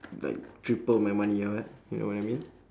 like triple my money you know ah you know what I mean